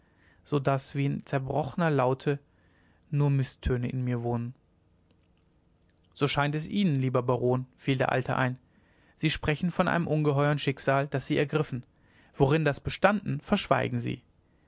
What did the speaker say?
so daß wie in einer zerbrochenen laute nur mißtöne in mir wohnen so scheint es ihnen lieber baron fiel der alte ein sie sprechen von einem ungeheuern schicksal das sie ergriffen worin das bestanden verschweigen sie